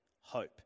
hope